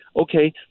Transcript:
okay